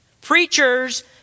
Preachers